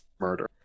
murder